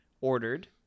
ordered